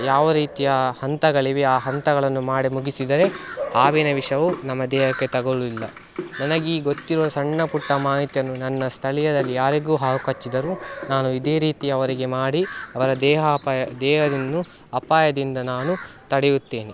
ಯಾವ ರೀತಿಯ ಹಂತಗಳಿವೆ ಆ ಹಂತಗಳನ್ನು ಮಾಡಿ ಮುಗಿಸಿದರೆ ಹಾವಿನ ವಿಷವು ನಮ್ಮ ದೇಹಕ್ಕೆ ತಗಲುವುದಿಲ್ಲ ನನಗೆ ಈ ಗೊತ್ತಿರುವ ಸಣ್ಣ ಪುಟ್ಟ ಮಾಹಿತಿಯನ್ನು ನನ್ನ ಸ್ಥಳೀಯರಲ್ಲಿ ಯಾರಿಗೂ ಹಾವು ಕಚ್ಚಿದರೂ ನಾನು ಇದೇ ರೀತಿ ಅವರಿಗೆ ಮಾಡಿ ಅವರ ದೇಹಾಪಾಯ ದೇಹವನ್ನು ಅಪಾಯದಿಂದ ನಾನು ತಡೆಯುತ್ತೇನೆ